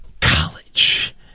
college